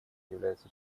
является